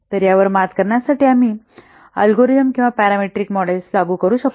तर यावर मात करण्यासाठी आम्ही अल्गोरिदम किंवा पॅरामीट्रिक मॉडेल्स लागू करू शकतो